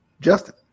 Justin